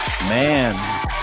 man